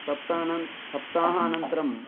सप्ताहं सप्ताहानन्तरं